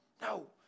no